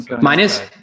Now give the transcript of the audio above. Minus